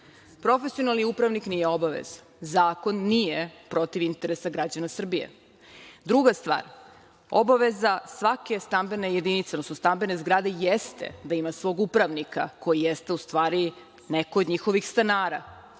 profesionalni upravnik nije obaveza, zakon nije protiv interesa građana Srbije. Druga stvar, obaveza svake stambene jedinice, odnosno stambene zgrade, jeste da ima svog upravnika koji jeste u stvari neko od njihovih stanara.